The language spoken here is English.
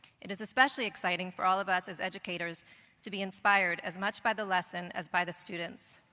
it is especially exciting for all of us as educators to be inspired as much by the lesson as by the students.